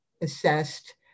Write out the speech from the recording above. assessed